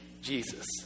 Jesus